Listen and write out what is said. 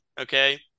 okay